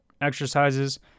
exercises